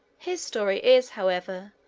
his story is, however,